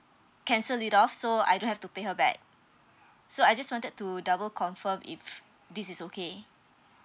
cancel it off so I don't have to pay her back so I just wanted to double confirm if this is okay